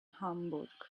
hamburg